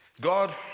God